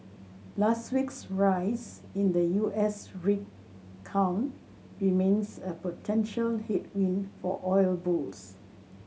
last week's rise in the U S rig count remains a potential headwind for oil bulls